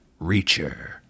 Reacher